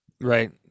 Right